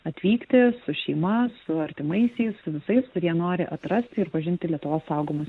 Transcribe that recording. atvykti su šeima su artimaisiais visais kurie nori atrasti ir pažinti lietuvos saugomas